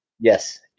Yes